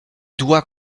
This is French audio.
doit